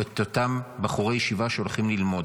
את אותם בחורי ישיבה שהולכים ללמוד.